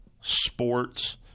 sports